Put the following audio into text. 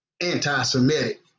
anti-Semitic